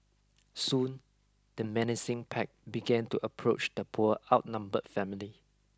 soon the menacing pack began to approach the poor outnumbered family